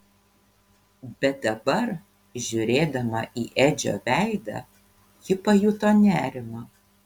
bet dabar žiūrėdama į edžio veidą ji pajuto nerimą